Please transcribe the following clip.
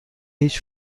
هیچ